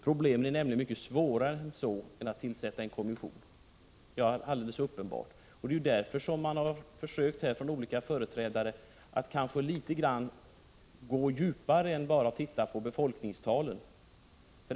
Problemen är nämligen mycket svårare än så — de går inte att lösa genom att tillsätta en kommission, och det är alldeles uppenbart. Det är därför som vi från olika företrädares sida har försökt att gå litet grand djupare än att bara titta på befolkningstalen.